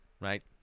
right